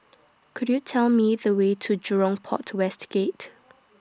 Could YOU Tell Me The Way to Jurong Port West Gate